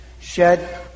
Shed